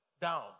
down